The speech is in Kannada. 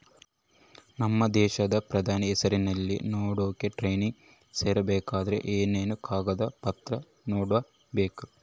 ನಮ್ಮ ದೇಶದ ಪ್ರಧಾನಿ ಹೆಸರಲ್ಲಿ ನಡೆಸೋ ಟ್ರೈನಿಂಗ್ ಸೇರಬೇಕಂದರೆ ಏನೇನು ಕಾಗದ ಪತ್ರ ನೇಡಬೇಕ್ರಿ?